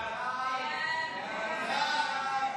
הצבעה.